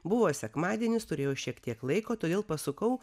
buvo sekmadienis turėjau šiek tiek laiko todėl pasukau